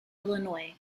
illinois